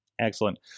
Excellent